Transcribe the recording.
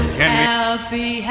Happy